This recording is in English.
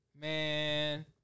man